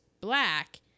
black